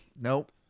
Nope